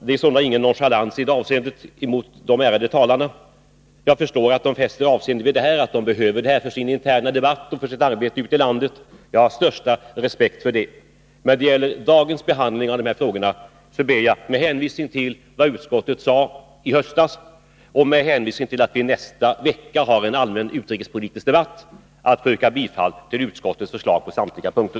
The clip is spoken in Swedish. Det är sålunda inte fråga om någon nonchalans gentemot de ärade talarna. Jag förstår att de fäster avseende vid de här frågorna och att de behöver diskutera detta med tanke på deras interna debatt och deras arbete utei landet. Jag hyser alltså största respekt för det. Men när det gäller dagens behandling av dessa frågor ber jag, med hänvisning till vad utskottet sade i höstas och till det faktum att vi nästa vecka har en allmän utrikespolitisk debatt, att få yrka bifall till utskottets hemställan på samtliga punkter.